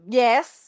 yes